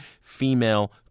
female